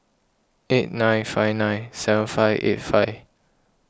eight nine five nine seven five eight five